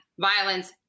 violence